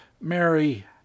Mary